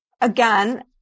again